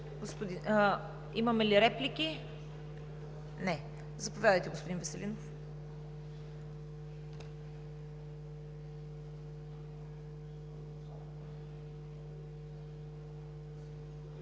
Имаме ли реплики? Не. Заповядайте, господин Веселинов.